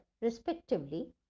respectively